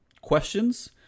questions